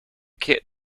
kid